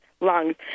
lungs